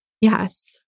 Yes